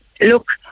look